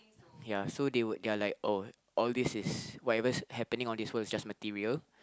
ya so they will they're like oh all this is whatever happening on this world is just material